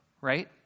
right